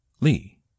Lee